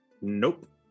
Nope